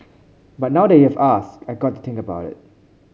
but now that you have asked I got to think about it